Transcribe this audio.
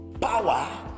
power